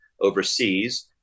overseas